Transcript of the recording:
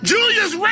Julius